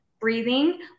breathing